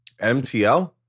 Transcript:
MTL